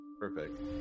Perfect